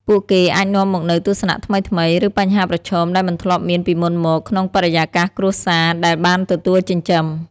ពួកគេអាចនាំមកនូវទស្សនៈថ្មីៗ ឬបញ្ហាប្រឈមដែលមិនធ្លាប់មានពីមុនមកក្នុងបរិយាកាសគ្រួសារដែលបានទទួលចិញ្ចឹម។